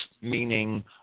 meaning